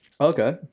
okay